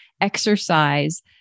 exercise